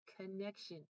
connection